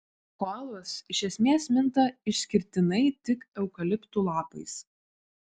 koalos iš esmės minta išskirtinai tik eukaliptų lapais